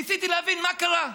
ניסיתי להבין מה קרה.